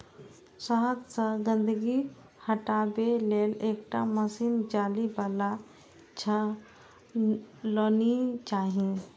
शहद सं गंदगी हटाबै लेल एकटा महीन जाली बला छलनी चाही